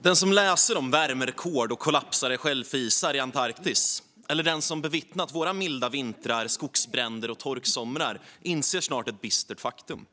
Fru talman! Den som läser om värmerekord och kollapsande shelfisar i Antarktis eller den som har bevittnat våra milda vintrar, skogsbränder och torksomrar inser snart ett bistert faktum: